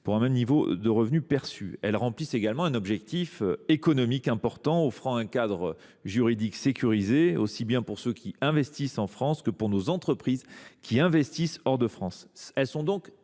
pour un même revenu perçu. Elles remplissent également un objectif économique important, offrant un cadre juridique sécurisé aussi bien pour ceux qui investissent en France que pour nos entreprises qui investissent hors de France.